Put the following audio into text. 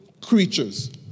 creatures